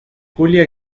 julia